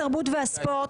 התרבות והספורט,